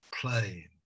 plain